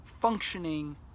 functioning